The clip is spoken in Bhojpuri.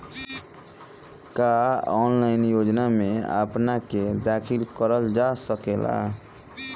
का ऑनलाइन योजनाओ में अपना के दाखिल करल जा सकेला?